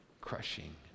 crushing